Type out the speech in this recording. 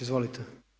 Izvolite.